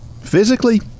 Physically